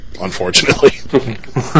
unfortunately